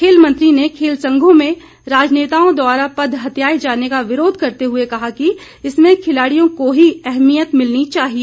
खेल मंत्री ने खेल संघों में राजनेताओं द्वारा पद हथियाए जाने का विरोध करते हुए कहा कि इसमें खिलाड़ियों को ही अहमियत मिलनी चाहिए